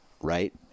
right